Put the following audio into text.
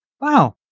wow